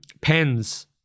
pens